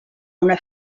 una